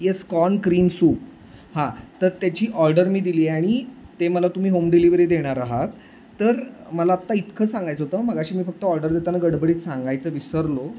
yes corn cream soup हां तर त्याची ऑर्डर मी दिली आणि ते मला तुम्ही होम डिलिव्हरी देणार आहात तर मला आत्ता इतकं सांगायचं होतं मघाशी मी फक्त ऑर्डर देताना गडबडीत सांगायचं विसरलो